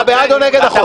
אתה בעד או נגד החוק?